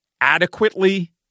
adequately